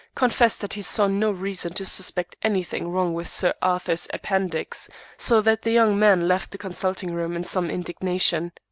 confessed that he saw no reason to suspect anything wrong with sir arthur's appendix so that the young man left the consulting-room in some indignation.